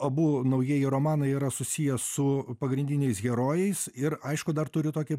abu naujieji romanai yra susiję su pagrindiniais herojais ir aišku dar turiu tokį